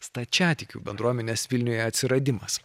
stačiatikių bendruomenės vilniuje atsiradimas